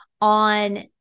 on